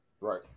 Right